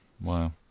Wow